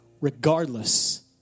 Regardless